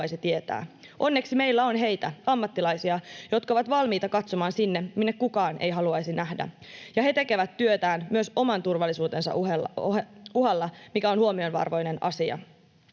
Onneksi meillä on heitä, ammattilaisia, jotka ovat valmiita katsomaan sinne, minne kukaan ei haluaisi nähdä. He tekevät työtään myös oman turvallisuutensa uhalla, mikä on huomionarvoinen asia.